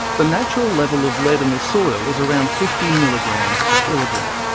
the natural level of lead in the soil is around fifty milligrams per kilogram.